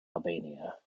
albania